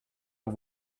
are